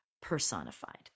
personified